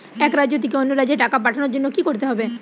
এক রাজ্য থেকে অন্য রাজ্যে টাকা পাঠানোর জন্য কী করতে হবে?